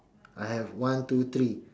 I have one two three